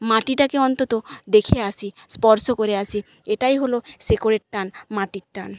মাটিটাকে অন্তত দেখে আসি স্পর্শ করে আসি এটাই হলো শেকড়ের টান মাটির টান